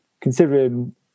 considering